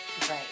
right